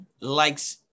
likes